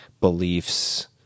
beliefs